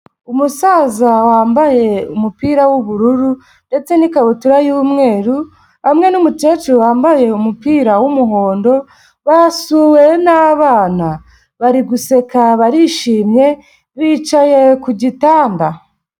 Umusaza wambaye umupira w'ubururu ndetse n'ikabutura y'umweru, hamwe n'umukecuru wambaye umupira w'umuhondo basuwe n'abana, bari guseka barishimye bicaye ku gitanda.